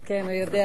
בבקשה.